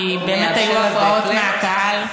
כי באמת היו הפרעות מהקהל.